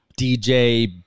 DJ